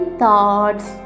thoughts